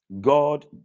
God